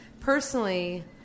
personally